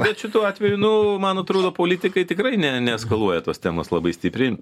bet šituo atveju nu man atrodo politikai tikrai ne neeskaluoja tos temos labai stipriai